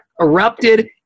erupted